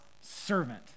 servant